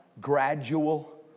gradual